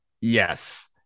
yes